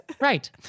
Right